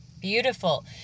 Beautiful